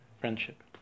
Friendship